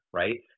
right